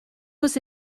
was